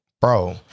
bro